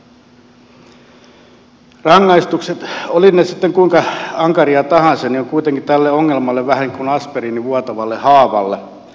rangaistukset olivat ne sitten kuinka ankaria tahansa ovat kuitenkin tälle ongelmalle vähän niin kuin aspiriini vuotavalle haavalle